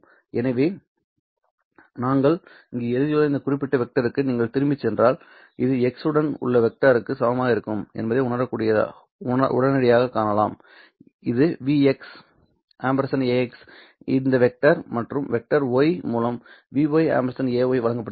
எனவே நாங்கள் இங்கு எழுதியுள்ள இந்த குறிப்பிட்ட வெக்டருக்கு நீங்கள் திரும்பிச் சென்றால் இது x உடன் உள்ள வெக்டருக்கு சமமாக இருக்கும் என்பதை உடனடியாகக் காணலாம் இது vx ax இந்த வெக்டர் மற்றும் வெக்டர் y மூலம் vy ay வழங்கப்படுகிறது